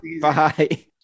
Bye